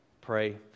pray